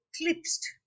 eclipsed